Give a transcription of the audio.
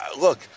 look